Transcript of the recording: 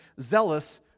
zealous